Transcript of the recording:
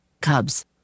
Cubs